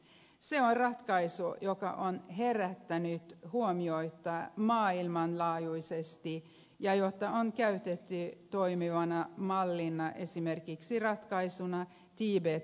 se on ratkaisu joka on herättänyt huomioita maailmanlaajuisesti ja jota on käytetty toimivana mallina esimerkiksi ratkaisuun tiibet kysymyksessä